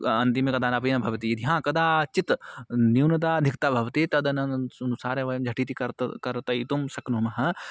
अन्तिमः तथा न पेयं भवतीति हा कदाचित् न्यूनता अधिकतया भवति तदनुसरन् सारे वयं झटिति कर्तनं कर्तयितुं शक्नुमः